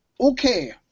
okay